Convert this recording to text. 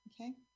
Okay